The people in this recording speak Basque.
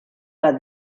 bat